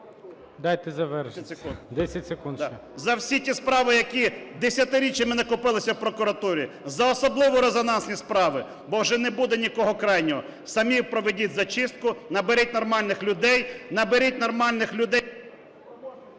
Дайте завершити. 10 секунд ще. БОНДАР В.В. За всі ті справи, які десятиріччями накопилися в прокуратурі, за особливо резонансні справи, бо вже не буде нікого крайнього. Самі проведіть зачистку, наберіть нормальних людей, наберіть нормальних людей…